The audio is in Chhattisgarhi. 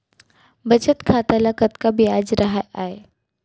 बचत खाता ल कतका ब्याज राहय आय?